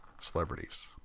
celebrities